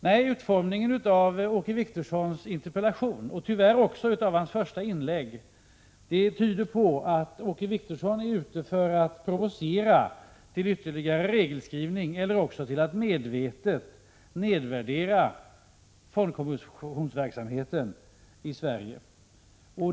Nej, utformningen av Åke Wictorssons interpellation, och tyvärr också av hans första inlägg, tyder på att Åke Wictorsson är ute efter att provocera till ytterligare regelskrivning eller också efter att medvetet nedvärdera fondkommissionsverksamheten i Sverige.